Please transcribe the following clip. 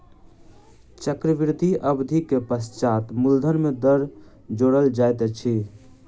चक्रवृद्धि अवधि के पश्चात मूलधन में दर जोड़ल जाइत अछि